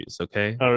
okay